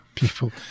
People